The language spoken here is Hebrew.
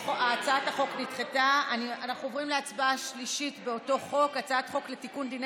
ההצעה להעביר לוועדה את הצעת חוק לתיקון דיני